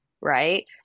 right